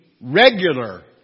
regular